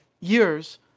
years